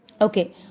Okay